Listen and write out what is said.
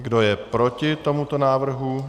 Kdo je proti tomuto návrhu?